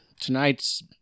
Tonight's